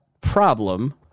problem